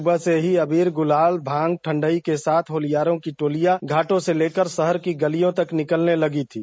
सुबह से ही अबीर गुलाल भांग ठंडई के साथ होलियारों की टोलियां घाटो से लेकर शहर की गलियों तक निकलने लगी थीं